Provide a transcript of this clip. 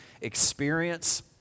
experience